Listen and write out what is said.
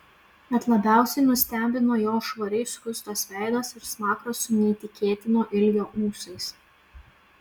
bet labiausiai nustebino jo švariai skustas veidas ir smakras su neįtikėtino ilgio ūsais